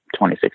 2016